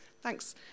Thanks